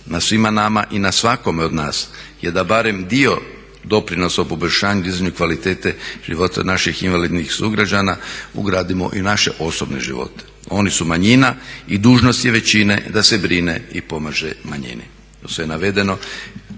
Na svima nama i na svakome od nas je da barem dio doprinosa u poboljšanju, dizanju kvalitete života naših invalidnih sugrađana ugradimo i u naše osobne živote. Oni su manjina i dužnost je većine da se brine i pomaže manjine.